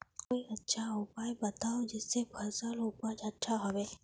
कोई अच्छा उपाय बताऊं जिससे फसल उपज अच्छा होबे